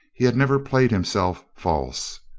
he had never played him self false.